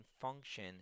function